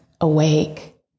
awake